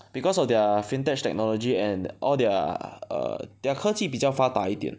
because of their fin tech technology and all their err their 科技比较发达一点